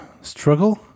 struggle